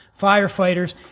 firefighters